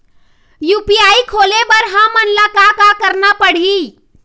UPI खोले बर हमन ला का का करना पड़ही?